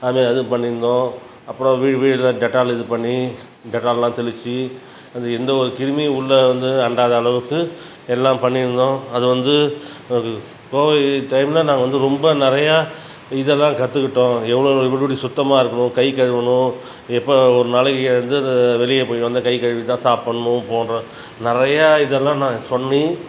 அது அது பண்ணியிருந்தோம் அப்புறம் வீ வீடுலாம் டெட்டால் இது பண்ணி டெட்டால்லாம் தெளித்து அதில் எந்த ஒரு கிருமியும் உள்ளே வந்து அண்டாத அளவுக்கு எல்லாம் பண்ணியிருந்தோம் அது வந்து ஒரு கோவிட் டைமில் நான் வந்து ரொம்ப நிறையா இதல்லாம் கற்றுக்கிட்டோம் எவ்வளோ எப்படி எப்படி சுத்தமாக இருக்கணும் கை கழுவணும் இப்போ ஒரு நாளைக்கு வந்து வெளியே போய் வந்தால் கை கழுவிட்டு தான் சாப்பிட்ணும் போன்ற நிறையா இதெல்லாம் நான் சொல்லி